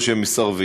או שהם מסרבים,